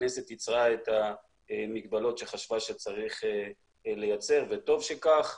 הכנסת ייצרה את המגבלות שחשבה שצריך לייצר וטוב שכך.